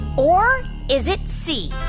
or is it c,